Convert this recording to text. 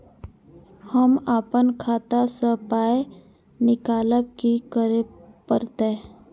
हम आपन खाता स पाय निकालब की करे परतै?